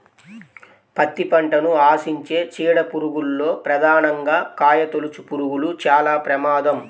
పత్తి పంటను ఆశించే చీడ పురుగుల్లో ప్రధానంగా కాయతొలుచుపురుగులు చాలా ప్రమాదం